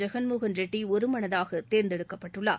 ஜெகன்மோகன் ரெட்டி ஒருமனதாக தேர்ந்தெடுக்கப்பட்டுள்ளார்